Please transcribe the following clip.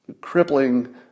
crippling